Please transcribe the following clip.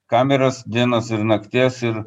kameras dienos ir nakties ir